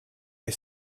dig